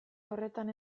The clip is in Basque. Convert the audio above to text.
horretan